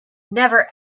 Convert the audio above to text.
never